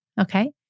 Okay